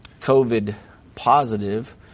COVID-positive